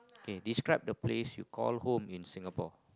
okay describe the places you call home in singapore